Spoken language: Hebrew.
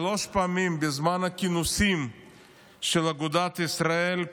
שלוש פעמים בזמן הכינוסים של אגודת ישראל,